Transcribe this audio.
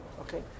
okay